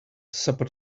supper